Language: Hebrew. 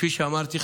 כפי שאמרתי,